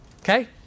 okay